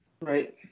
Right